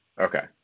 Okay